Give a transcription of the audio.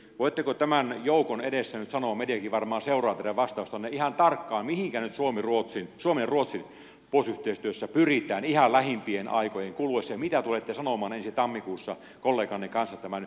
voitteko tämän joukon edessä nyt sanoa mediakin varmaan seuraa teidän vastaustanne ihan tarkkaan mihinkä nyt suomen ja ruotsin puolustusyhteistyössä pyritään ihan lähimpien aikojen kuluessa ja mitä tulette sanomaan ensi tammikuussa kolleganne kanssa tämän yhteistyön tulevaisuudesta